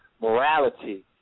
morality